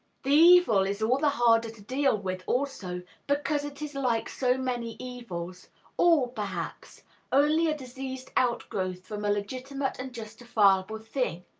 the evil is all the harder to deal with, also, because it is like so many evils all, perhaps only a diseased outgrowth, from a legitimate and justifiable thing.